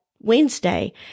Wednesday